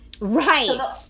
Right